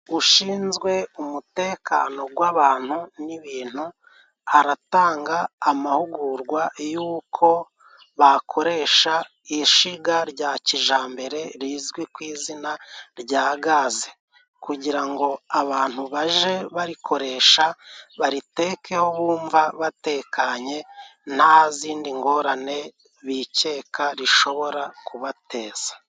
Ushinzwe umutekano gw'abantu n'ibintu aratanga amahugurwa y'uko bakoresha ishiga rya kijambere rizwi ku izina rya gaze, kugira ngo abantu baje barikoresha, baritekeho bumva batekanye nta zindi ngorane bikeka rishobora kubateza.